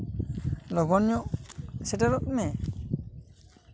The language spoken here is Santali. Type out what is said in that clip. ᱞᱚᱜᱚᱱ ᱧᱚᱜ ᱥᱮᱴᱮᱨᱚᱜ ᱢᱮ